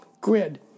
grid